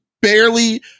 Barely